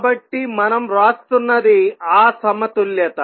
కాబట్టి మనం వ్రాస్తున్నది ఆ సమతుల్యత